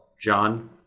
John